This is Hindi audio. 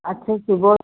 अच्छा सुबहो